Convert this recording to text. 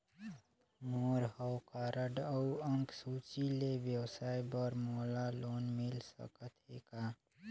मोर हव कारड अउ अंक सूची ले व्यवसाय बर मोला लोन मिल सकत हे का?